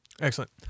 Excellent